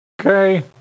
Okay